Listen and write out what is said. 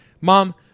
Mom